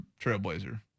trailblazer